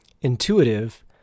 intuitive